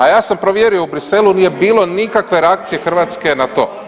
A ja sam provjerio u Bruxellesu, nije bilo nikakve reakcije Hrvatske na to.